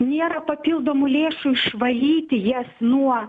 nėra papildomų lėšų išvalyti jas nuo